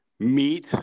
meet